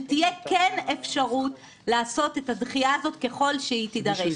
שתהיה כן אפשרות לעשות את הדחייה הזאת ככל שהיא תידרש.